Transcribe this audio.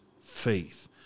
faith